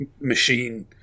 machine